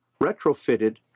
retrofitted